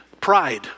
Pride